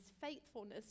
faithfulness